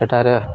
ସେଠାରେ